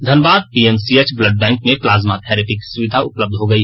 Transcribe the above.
Dhanbad PMCH blood bank में plasma therapy की सुविधा उपलब हो गई